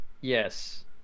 yes